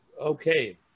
okay